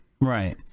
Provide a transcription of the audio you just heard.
Right